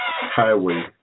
highway